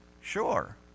sure